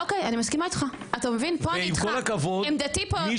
ועם כל הכבוד מי